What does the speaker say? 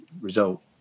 result